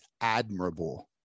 admirable